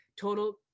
Total